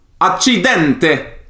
Accidente